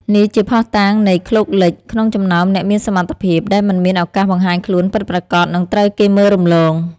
នេះជាភស្តុតាងនៃ "ឃ្លោកលិច" ក្នុងចំណោមអ្នកមានសមត្ថភាព ដែលមិនមានឱកាសបង្ហាញខ្លួនពិតប្រាកដ និងត្រូវគេមើលរំលង។